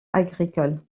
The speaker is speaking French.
agricole